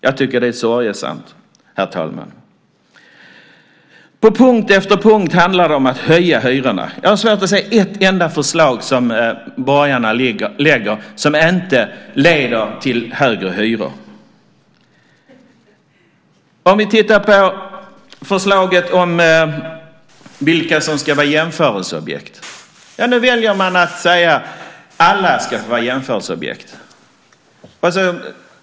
Jag tycker att det är sorgesamt, herr talman. På punkt efter punkt handlar det om att höja hyrorna. Jag har svårt att se ett enda förslag som borgarna lägger som inte leder till högre hyror. I förslaget om vilka som ska vara jämförelseobjekt väljer man att säga att alla ska vara jämförelseobjekt.